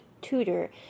tutor